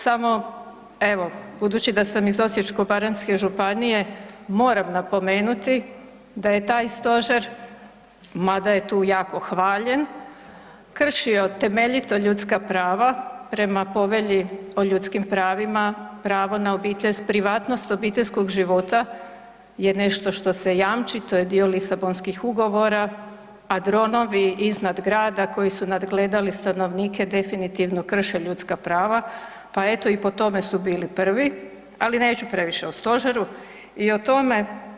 Samo evo budući da sam iz Osječko-baranjske županije moram napomenuti da je taj stožer, mada je tu jako hvaljen, kršio temeljito ljudska prava prema Povelji o ljudskim pravima, pravo na obitelj, privatnost obiteljskog života je nešto što se jamči, to je dio Lisabonskih ugovora, a dronovi iznad grada koji su nagledali stanovnike definitivno krše ljudska prava, pa eto i po tome su bili prvi, ali neću previše o stožeru i o tome.